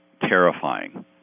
terrifying